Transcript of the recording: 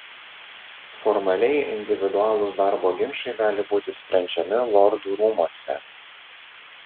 formaliai individualūs darbo ginčai gali būti sprendžiami lordų rūmuose